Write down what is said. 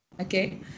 Okay